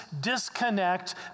disconnect